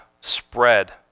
spread